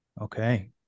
Okay